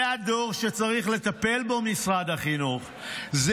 זה הדור שמשרד החינוך צריך לטפל בו,